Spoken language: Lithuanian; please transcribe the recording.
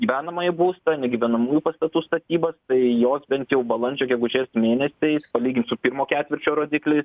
gyvenamąjį būstą negyvenamųjų pastatų statybos tai jos bent jau balandžio gegužės mėnesiais palygint su pirmo ketvirčio rodikliais